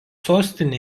sostinė